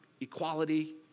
equality